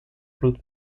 bloed